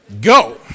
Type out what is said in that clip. Go